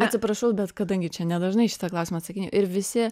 atsiprašau bet kadangi čia nedažnai šitą klausimą atsakinėju ir visi